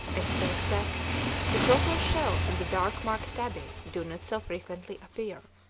except that the tortoise-shell and the dark-marked tabby do not so frequently appear.